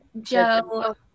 Joe